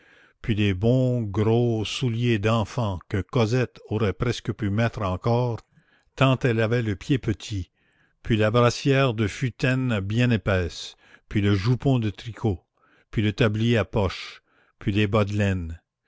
puis les bons gros souliers d'enfant que cosette aurait presque pu mettre encore tant elle avait le pied petit puis la brassière de futaine bien épaisse puis le jupon de tricot puis le tablier à poches puis les bas de laine